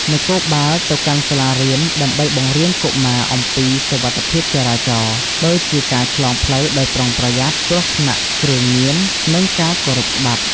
នគរបាលទៅកាន់សាលារៀន ដើម្បីបង្រៀនកុមារអំពីសុវត្ថិភាពចរាចរណ៍ ដូចជាការឆ្លងផ្លូវដោយប្រុងប្រយ័ត្ន គ្រោះថ្នាក់គ្រឿងញៀន និងការគោរពច្បាប់។